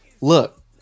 Look